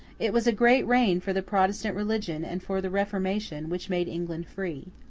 it was a great reign for the protestant religion and for the reformation which made england free.